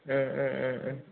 उम उम उम उम